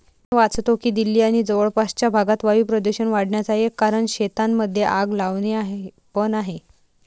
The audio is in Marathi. मी वाचतो की दिल्ली आणि जवळपासच्या भागात वायू प्रदूषण वाढन्याचा एक कारण शेतांमध्ये आग लावणे पण आहे